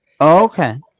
Okay